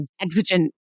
exigent